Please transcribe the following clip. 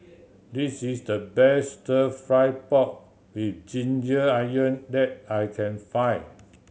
this is the best Stir Fry pork with ginger onion that I can find